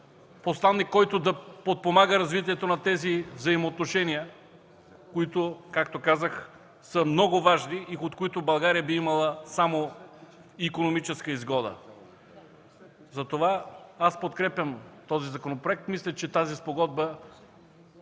посланик, който да подпомага развитието на тези взаимоотношения, които, както казах, са много важни и от които България би имала само икономическа изгода. Затова подкрепям този законопроект. Мисля, че тази спогодба